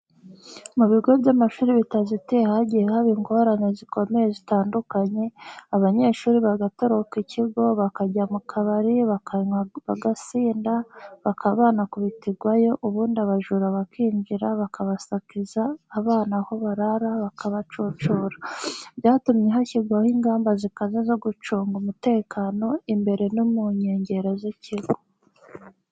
Mu bigo by'amashuri bitazitiye hagiye haba ingorane zikomeye zitandukanye, abanyeshuri bagatoroka ikigo, bakajya mu kabari, bakanywa bagasinda, bakaba banakubitirwayo, ubundi abajura bakinjira, bagasakiza abana aho barara bakabacucura. Byatumye hashyirwaho ingamba zikaze zo gucunga umutekano, imbere no mu nkengero z'ikigo.